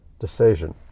decision